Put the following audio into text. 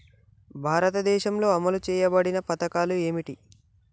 భారతదేశంలో అమలు చేయబడిన పథకాలు ఏమిటి?